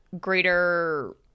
greater